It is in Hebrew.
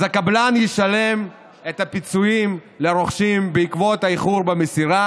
אז הקבלן ישלם את הפיצויים לרוכשים בעקבות האיחור במסירה